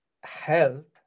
health